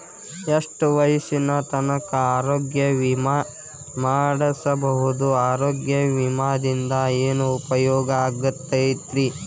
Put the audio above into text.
ಎಷ್ಟ ವಯಸ್ಸಿನ ತನಕ ಆರೋಗ್ಯ ವಿಮಾ ಮಾಡಸಬಹುದು ಆರೋಗ್ಯ ವಿಮಾದಿಂದ ಏನು ಉಪಯೋಗ ಆಗತೈತ್ರಿ?